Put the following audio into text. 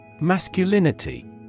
Masculinity